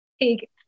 take